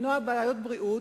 למנוע בעיות בריאות,